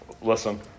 listen